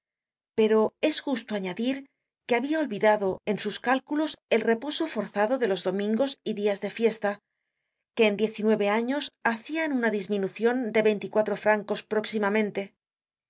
pero es justo añadir que habia olvidado en sus cálculos el reposo forzado de los domingos y dias de fiesta que en diez y nueve años hacian una disminucion de veinticuatro francos próximamente